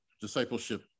discipleship